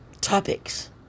topics